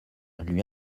lui